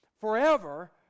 forever